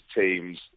teams